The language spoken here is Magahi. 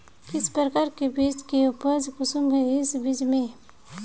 किस प्रकार के बीज है उपज कुंसम है इस बीज में?